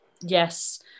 Yes